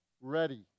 ready